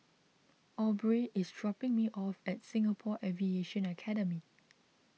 Aubrey is dropping me off at Singapore Aviation Academy